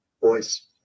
voice